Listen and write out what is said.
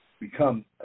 become